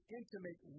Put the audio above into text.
intimate